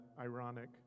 ironic